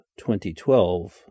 2012